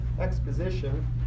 exposition